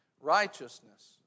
righteousness